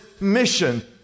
mission